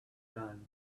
done